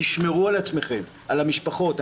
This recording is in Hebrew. תשמרו על עצמכם ועל המשפחות שלכם.